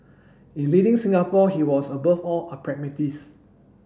in leading Singapore he was above all a pragmatist